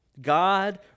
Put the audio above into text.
God